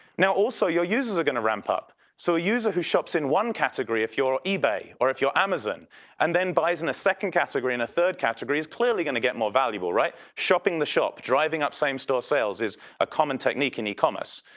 now, also you're users are going to ramp up. so, a user who shops in one category if you're ebay or if you're amazon and then buys in a second category and a third category is clearly going to get more valuable, right? shopping the shop, driving up same store sales is a common technique in e-commerce.